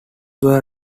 were